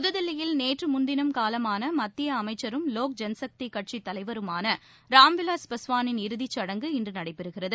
புதுதில்லியில் நேற்று முன்தினம் காலமான மத்திய அமைச்சரும் லோக் ஜன் சக்தி கட்சித் தலைவருமான ராம் விலாஸ் பாஸ்வானின் இறுதி சடங்கு இன்று நடைபெறுகிறது